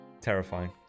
Terrifying